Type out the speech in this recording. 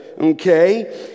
Okay